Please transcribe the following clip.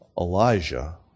Elijah